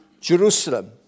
Jerusalem